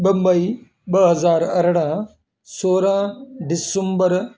ॿ मई ॿ हज़ार अरिड़हं सोरहं डिसंबर